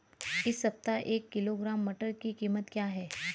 इस सप्ताह एक किलोग्राम मटर की कीमत क्या है?